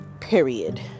period